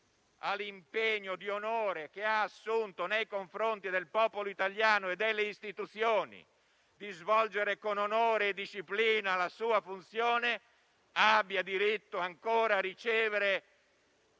all'impegno di onore che ha assunto nei confronti del popolo italiano e delle istituzioni di svolgere con onore e disciplina la sua funzione abbia ancora diritto a ricevere